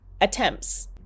attempts